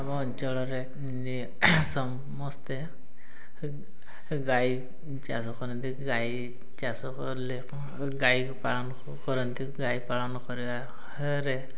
ଆମ ଅଞ୍ଚଳରେ ସମସ୍ତେ ଗାଈ ଚାଷ କରନ୍ତି ଗାଈ ଚାଷ କଲେ ଗାଈ ପାଳନ କରନ୍ତି ଗାଈ ପାଳନ କରିବାରେ